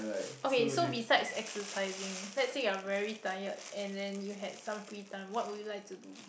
okay so besides exercising let's say you're very tired and then you had some free time what would you like to do